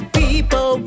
people